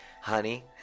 honey